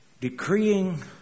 Decreeing